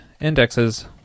indexes